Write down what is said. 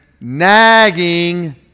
nagging